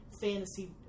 fantasy